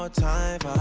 ah time,